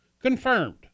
Confirmed